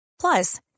Plus